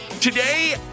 Today